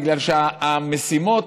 בגלל שהמשימות,